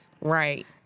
Right